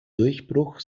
durchbruch